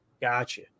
Gotcha